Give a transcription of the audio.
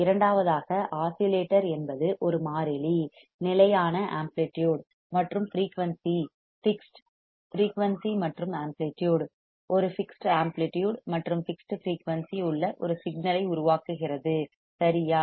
இரண்டாவதாக ஆஸிலேட்டர் என்பது ஒரு மாறிலி நிலையான ஆம்ப்ளிடியூட் மற்றும் ஃபிரீயூன்சி ஃபிக்ஸ்ட் ஃபிரீயூன்சி மற்றும் ஆம்ப்ளிடியூட் ஒரு ஃபிக்ஸ்ட் ஆம்ப்ளிடியூட் மற்றும் ஃபிக்ஸ்ட் ஃபிரீயூன்சி உள்ள ஒரு சிக்னல் ஐ உருவாக்குகிறது சரியா